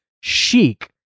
chic